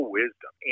wisdom